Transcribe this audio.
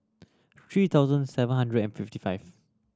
three thousand seven hundred and fifty five